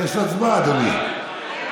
יש הצבעה, אדוני.